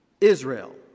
Israel